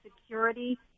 security